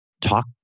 talk